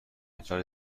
نفر